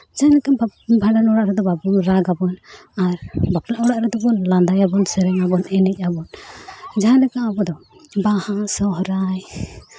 ᱪᱮᱫ ᱞᱮᱠᱟ ᱵᱷᱟᱸᱰᱟᱱ ᱚᱲᱟᱜ ᱨᱮᱫᱚ ᱨᱟᱜᱽ ᱟᱵᱚᱱ ᱟᱨ ᱵᱟᱯᱞᱟ ᱚᱲᱟᱜ ᱨᱮᱫᱚ ᱵᱚᱱ ᱞᱟᱸᱫᱟᱭᱟᱵᱚᱱ ᱥᱮᱨᱮᱧ ᱟᱵᱚᱱ ᱮᱱᱮᱡ ᱟᱵᱚᱱ ᱡᱟᱦᱟᱸ ᱞᱮᱠᱟ ᱟᱵᱚ ᱫᱚ ᱵᱟᱦᱟ ᱥᱚᱦᱚᱨᱟᱭ